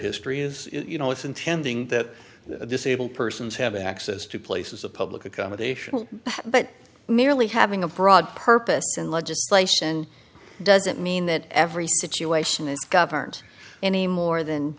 history is you know it's intending that disabled persons have access to places of public accommodation but merely having a broad purpose in legislation doesn't mean that every situation is governed any more than